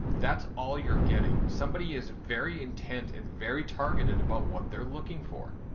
that's all you're getting. somebody is very intent and very targeted about what they're looking for.